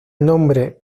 nombre